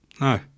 No